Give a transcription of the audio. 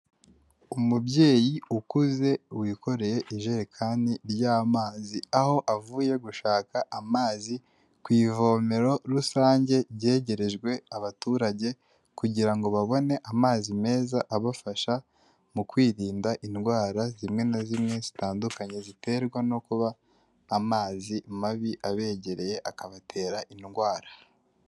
Umubyeyi ukuze wikoreye ijerekani y'amazi, aho avuye gushaka amazi ku ivomero rusange ryegerejwe abaturage, kugira ngo babone amazi meza abafasha mu kwirinda indwara zimwe na zimwe zitandukanye ziterwa no kuba amazi mabi abegereye akabatera indwara.